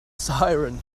siren